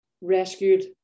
rescued